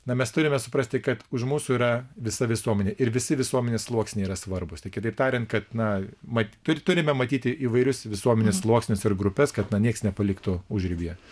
na mes turime suprasti kad už mūsų yra visa visuomenė ir visi visuomenės sluoksniai yra svarbūs kitaip tariant kad na matyt turime matyti įvairius visuomenės sluoksnius ir grupes kad nieks nepaliktų užribyje